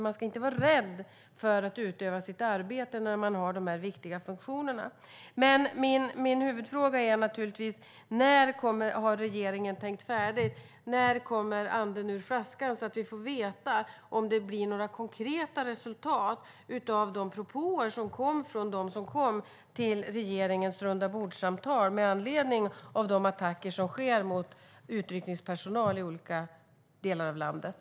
Man ska inte vara rädd för att utöva sitt yrke när man har dessa viktiga funktioner. Min huvudfråga är naturligtvis: När har regeringen tänkt färdigt? När kommer anden ur flaskan, så att vi får veta om det blir några konkreta resultat av de propåer som kom fram vid regeringens rundabordssamtal med anledning av attacker mot utryckningspersonal i olika delar av landet?